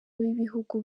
w’ibihugu